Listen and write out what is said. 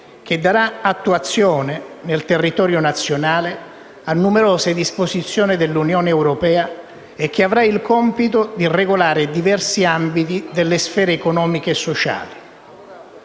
che darà attuazione nel territorio nazionale a numerose disposizioni dell'Unione europea e che avrà il compito di regolare diversi ambiti delle sfere economiche e sociali.